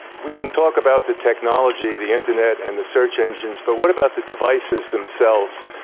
we can talk about the technology, the internet, and the search engines, but what about the devices themselves?